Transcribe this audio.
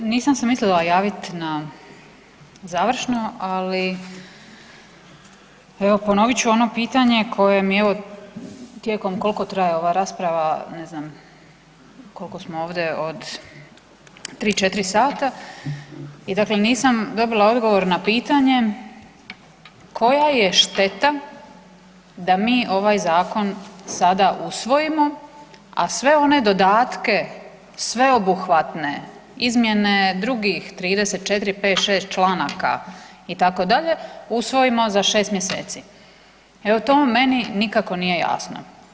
Nisam se mislila javiti na završnu, ali evo ponovit ću ono pitanje koje mi evo tijekom koliko traje ova rasprava ne znam, koliko smo ovdje od 3, 4 sata i dakle nisam dobila odgovor na pitanje, koja je šteta da mi ovaj zakon sada usvojimo, a sve one dodatke sveobuhvatne, izmjene drugih 30, četiri, pet, šest članaka itd. usvojimo za šest mjeseci, evo to meni nikako nije jasno.